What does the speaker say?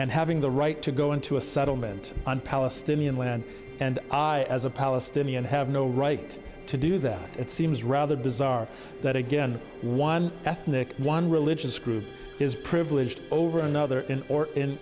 and having the right to go into a settlement on palestinian land and i as a palestinian have no right to do that it seems rather bizarre that again one ethnic one religious group is privileged over another